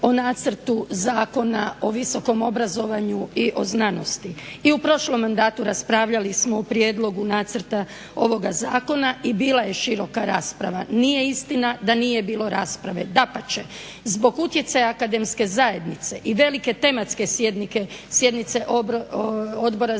o Nacrtu zakona o visokom obrazovanju i o znanosti. I u prošlom mandatu raspravljali smo o prijedlogu nacrta ovoga zakona i bila je široka rasprava. Nije istina da nije bilo rasprave, dapače. Zbog utjecaja akademske zajednice i velike tematske sjednice Odbora za